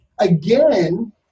Again